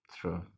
true